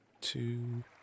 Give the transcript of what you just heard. two